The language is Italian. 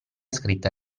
scritta